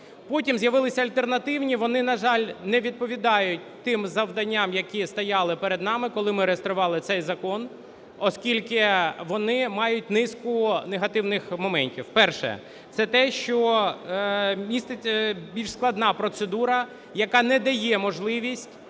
Потім з'явилися альтернативні. Вони, на жаль, не відповідають тим завданням, які стояли перед нами, коли ми реєстрували цей закон, оскільки вони мають низку негативних моментів. Перше - це те, що більш складна процедура, яка не дає можливість